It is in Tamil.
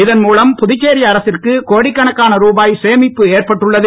இதன்மூலம் புதுச்சேரி அரசிற்கு கோடிக்கணக்கான ருபாய் சேமிப்பு ஏற்பட்டுள்ளது